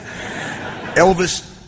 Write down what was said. Elvis